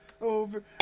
over